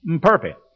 perfect